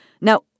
Now